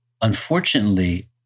Unfortunately